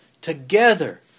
Together